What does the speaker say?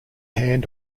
hand